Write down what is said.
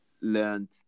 learned